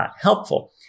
helpful